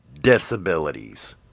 Disabilities